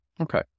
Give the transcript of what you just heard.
Okay